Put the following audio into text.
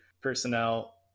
personnel